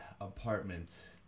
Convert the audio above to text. apartment